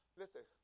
listen